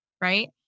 right